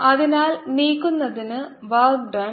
അതിനാൽ നീക്കുന്നതിന് work done